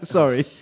Sorry，